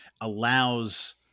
allows